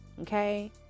Okay